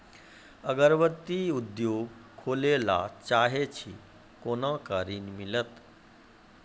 अगरबत्ती उद्योग खोले ला चाहे छी कोना के ऋण मिलत?